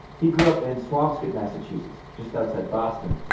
he grew up in swampscott, massachusetts, just outside boston.